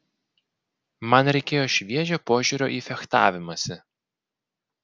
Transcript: man reikėjo šviežio požiūrio į fechtavimąsi